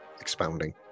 expounding